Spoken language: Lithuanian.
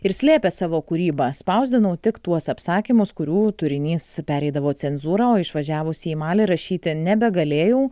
ir slėpė savo kūrybą spausdinau tik tuos apsakymus kurių turinys pereidavo cenzūrą o išvažiavusi į malį rašyti nebegalėjau